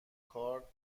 کار